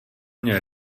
měl